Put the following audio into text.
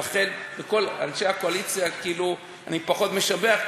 רחל וכל אנשי הקואליציה, כאילו אני פחות משבח.